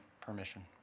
permission